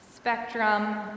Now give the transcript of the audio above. Spectrum